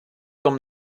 tom